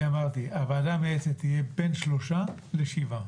אני אמרתי, הוועדה המייעצת תהיה בין שלושה לשבעה.